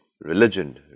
Religion